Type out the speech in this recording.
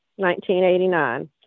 1989